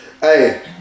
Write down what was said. Hey